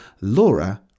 laura